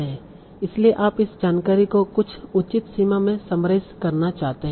इसलिए आप इस जानकारी को कुछ उचित सीमा में समराइज करना चाहते हैं